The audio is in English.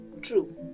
True